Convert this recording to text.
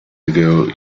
ago